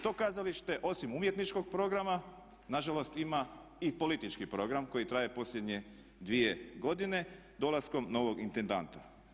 To kazalište osim umjetničkog programa nažalost ima i politički program koji traje posljednje 2 godine dolaskom novog intendanta.